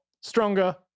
Stronger